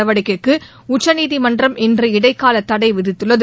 நடவடிக்கைக்கு உச்சநீதிமன்றம் இன்று இடைக்கால தடை விதித்துள்ளது